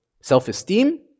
self-esteem